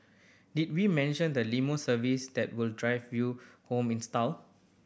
did we mention the limo service that will drive you home in style